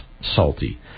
Salty